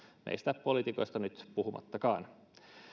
meistä poliitikoista nyt puhumattakaan